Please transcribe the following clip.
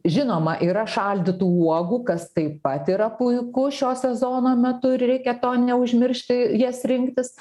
žinoma yra šaldytų uogų kas taip pat yra puiku šio sezono metu ir reikia to neužmiršti jas rinktis